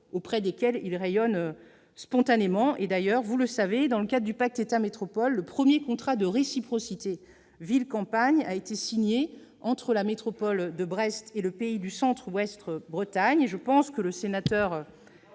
auprès desquels ils rayonnent spontanément. D'ailleurs, vous le savez, dans le cadre du pacte État-métropoles, le premier contrat de réciprocité ville-campagne a été signé entre la métropole de Brest et le Pays du Centre-Ouest-Bretagne. Les zones rurales ! M.